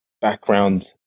background